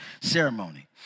ceremony